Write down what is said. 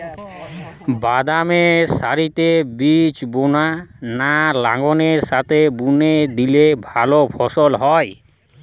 বাদাম সারিতে বীজ বোনা না লাঙ্গলের সাথে বুনে দিলে ভালো ফলন হয়?